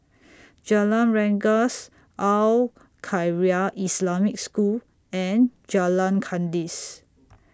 Jalan Rengas Al Khairiah Islamic School and Jalan Kandis